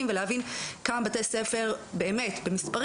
נתונים שראיתי זה לא כל-כך קורה, זה טעון שיפור.